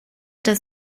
does